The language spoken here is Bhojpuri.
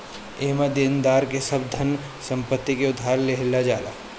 एमे देनदार के सब धन संपत्ति से उधार लेहल जाला